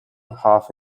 half